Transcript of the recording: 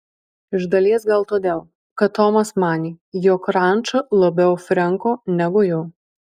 iš dalies gal todėl kad tomas manė jog ranča labiau frenko negu jo